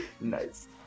Nice